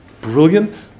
brilliant